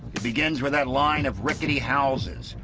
it begins with that line of rickety houses,